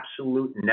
absolute